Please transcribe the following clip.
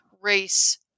race